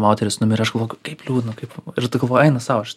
moteris numirė aš galvoju kaip liūdna kaip ir tada galvoju eina sau aš